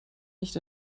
nicht